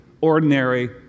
ordinary